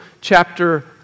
chapter